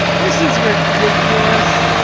this is ridiculous.